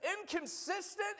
inconsistent